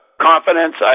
Confidence